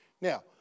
Now